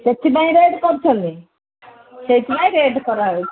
ସେଥିପାଇଁ ରେଟ୍ କରୁଛନ୍ତି ସେଇଥିପାଇଁ ରେଟ୍ କରାହେଉଛି